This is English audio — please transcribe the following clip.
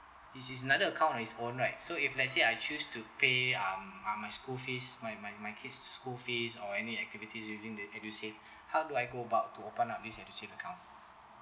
it is another account on his own right so if let's say I choose to pay um my my school fees my my my kids school fees or any activities using the edusave how do I go about to open up this edusave account